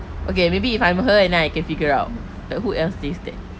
okay maybe if I'm her and I can figure out that who else stays there